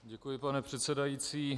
Děkuji, pane předsedající.